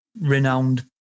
renowned